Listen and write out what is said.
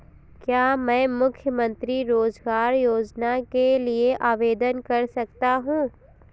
क्या मैं मुख्यमंत्री रोज़गार योजना के लिए आवेदन कर सकता हूँ?